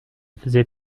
faisait